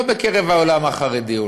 לא בקרב העולם החרדי,